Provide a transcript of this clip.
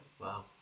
Wow